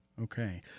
Okay